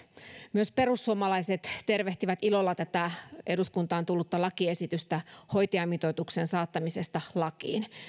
myös perussuomalaiset tervehtivät ilolla tätä eduskuntaan tullutta lakiesitystä hoitajamitoituksen saattamisesta lakiin